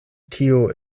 tiu